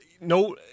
no